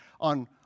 on